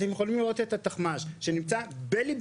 אתם יכולים לראות את התחמ"ש שנמצא בליבו,